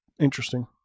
interesting